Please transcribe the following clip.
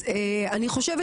אז אני חושבת